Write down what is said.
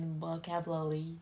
vocabulary